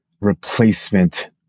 replacement